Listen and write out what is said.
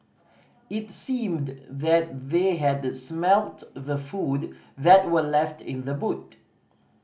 it seemed that they had smelt the food that were left in the boot